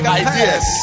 ideas